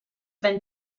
been